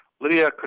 Lydia